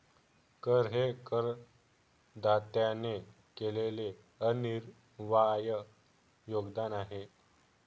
कर हे करदात्याने केलेले अनिर्वाय योगदान आहे